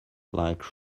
like